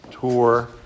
tour